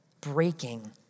breaking